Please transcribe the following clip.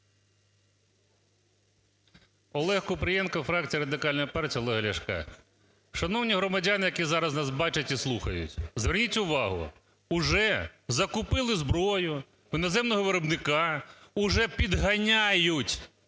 ОлегКупрієнко, фракція Радикальної партії Олега Ляшка. Шановні громадяни, які зараз нас бачать і слухають, зверніть увагу, вже закупили зброю в іноземного виробника, вже підганяють